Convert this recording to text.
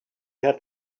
had